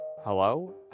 hello